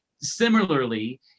Similarly